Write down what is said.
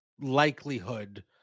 likelihood